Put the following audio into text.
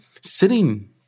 Sitting